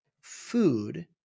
food